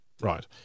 Right